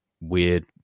weird